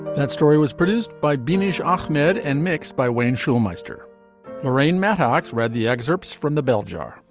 that story was produced by binoche ahmed and mixed by wayne shaw meister lorraine mattox read the excerpts from the bell jar